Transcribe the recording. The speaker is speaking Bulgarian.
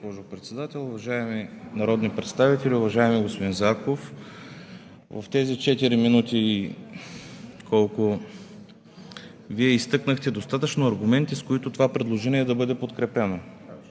Вие изтъкнахте достатъчно аргументи, с които това предложение да бъде подкрепено,